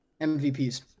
MVPs